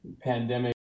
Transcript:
pandemic